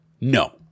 No